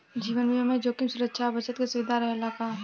जीवन बीमा में जोखिम सुरक्षा आ बचत के सुविधा रहेला का?